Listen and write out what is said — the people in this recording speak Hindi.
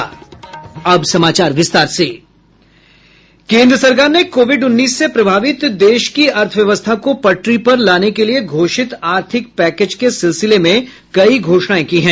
केन्द्र सरकार ने कोविड उन्नीस से प्रभावित देश की अर्थव्यवस्था को पटरी पर लाने के लिए घोषित आर्थिक पैकेज के सिलसिले में कई घोषणाएं की हैं